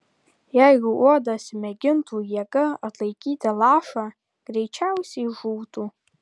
jeigu uodas mėgintų jėga atlaikyti lašą greičiausiai žūtų